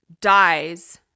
dies